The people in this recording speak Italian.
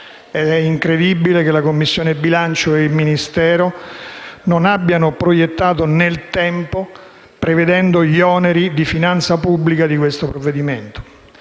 È incredibile che la Commissione bilancio e il Ministero non abbiano fatto proiezioni nel tempo, prevedendo gli oneri di finanza pubblica del provvedimento